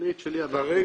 אני את שלי אמרתי.